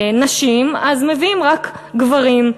נשים, אז מביאים רק גברים.